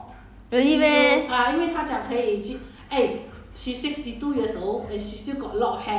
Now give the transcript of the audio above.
循循环 ya really meh